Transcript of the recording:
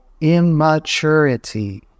immaturity